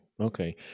Okay